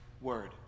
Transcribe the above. word